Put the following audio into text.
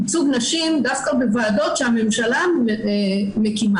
ייצוג נשים דווקא בוועדות שהממשלה מקימה.